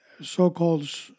so-called